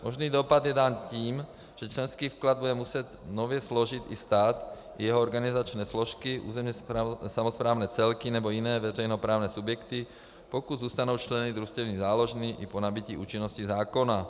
Možný dopad je dán tím, že členský vklad bude muset nově složit i stát, jeho organizační složky, územně samosprávné celky nebo jiné veřejnoprávní subjekty, pokud zůstanou členy družstevní záložny i po nabytí účinnosti zákona.